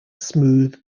smooth